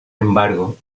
embargo